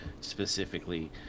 specifically